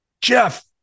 Jeff